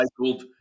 recycled